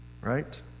Right